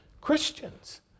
Christians